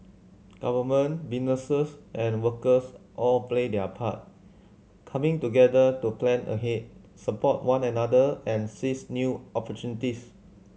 government businesses and workers all play their part coming together to plan ahead support one another and seize new opportunities